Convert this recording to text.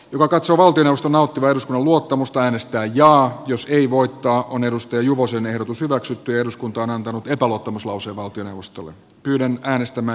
no katso valtiosta nauttivien luottamusta hallituksen toimet eivät ole edistäneet lapsiperheiden asemaa ja lasten hyvinvointia eikä hallitus näin ollen nauti eduskunnan luottamusta